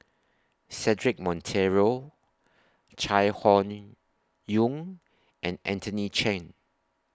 Cedric Monteiro Chai Hon Yoong and Anthony Chen